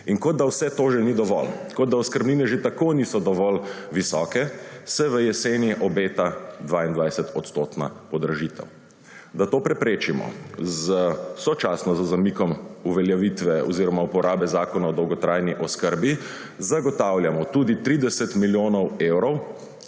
In kot da vse to že ni dovolj, kot da oskrbnine že tako niso dovolj visoke, se v jeseni obeta 22-odstotna podražitev. Da to preprečimo, sočasno z zamikom uveljavitve oziroma uporabe Zakona o dolgotrajni oskrbi zagotavljamo tudi 30 milijonov evrov,